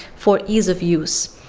for ease of use,